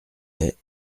est